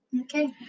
Okay